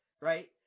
right